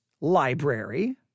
library